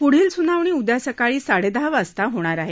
पुढील सुनावणी उद्या सकाळी साडेदहा वाजता होणार आहे